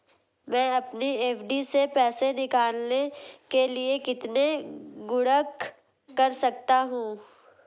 मैं अपनी एफ.डी से पैसे निकालने के लिए कितने गुणक कर सकता हूँ?